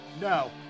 No